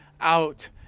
out